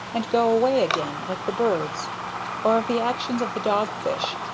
and go away again, like the birds or of the actions of the dog-fish,